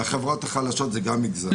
לחברות החלשות זה גם מגזר.